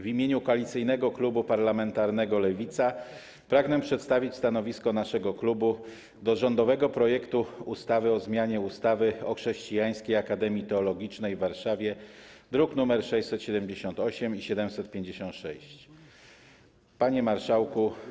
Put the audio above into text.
W imieniu Koalicyjnego Klubu Parlamentarnego Lewicy pragnę przedstawić stanowisko naszego klubu wobec rządowego projektu ustawy o zmianie ustawy o Chrześcijańskiej Akademii Teologicznej w Warszawie, druki nr 678 i 756. Panie Marszałku!